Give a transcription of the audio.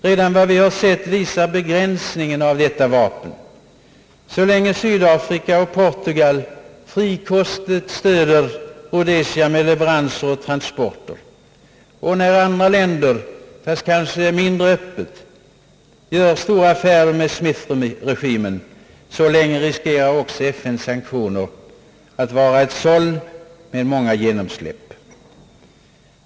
Redan vad vi har sett visar begränsningen av detta vapen. Så länge Sydafrika och Portugal frikostigt stöder Rhodesia med leveranser och transporter och när andra länder, fast kanske mindre öppet, gör stora affärer med Smithregimen, så länge riskerar också FN:s sanktioner att vara ett såll med många genomsläpp.